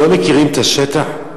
לא מכירים את השטח?